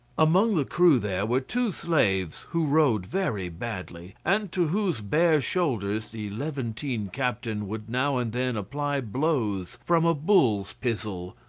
among the crew there were two slaves who rowed very badly, and to whose bare shoulders the levantine captain would now and then apply blows from a bull's pizzle.